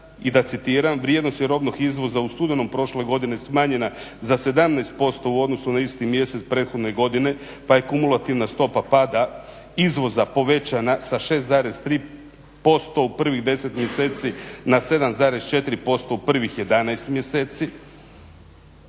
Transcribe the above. i da citiram, vrijednost je robnog izvoz u studenom prošle godine smanjena za 17% u odnosu na isti mjesec prethodne godine pa je kumulativna stopa pada izvoza povećana sa 6,3% u prvih 10 mjeseci na 7,4% u prvih 11 mjeseci.